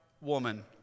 woman